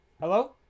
Hello